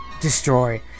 destroy